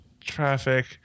Traffic